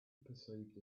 perceived